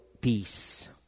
peace